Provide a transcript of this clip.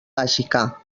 bàsica